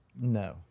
No